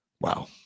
Wow